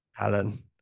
Alan